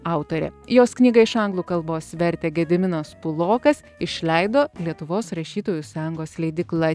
autorė jos knygą iš anglų kalbos vertė gediminas pulokas išleido lietuvos rašytojų sąjungos leidykla